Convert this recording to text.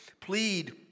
Plead